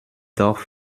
doch